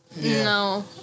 No